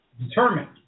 determined